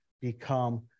become